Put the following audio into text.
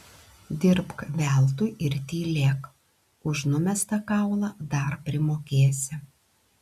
dirbk veltui ir tylėk už numestą kaulą dar primokėsi